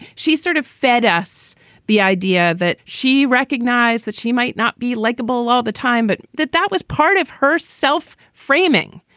she's sort of fed us the idea that she recognized that she might not be likeable all the time, but that that was part of her self framing.